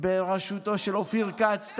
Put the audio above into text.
בראשותו של אופיר כץ,